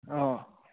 অঁ